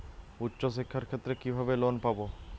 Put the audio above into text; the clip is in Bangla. উচ্চশিক্ষার ক্ষেত্রে কিভাবে লোন পাব?